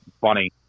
funny